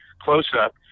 close-up